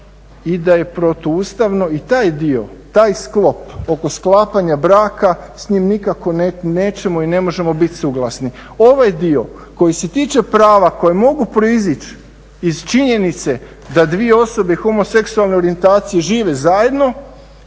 i da je protuustavno i taj dio, taj sklop tog sklapanja braka, s njim nikako nećemo i ne možemo biti suglasni. Ovaj dio koji se tiče prava koja mogu proizići iz činjenice da 2 osobe homoseksualne orijentacije žive zajedno,